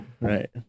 right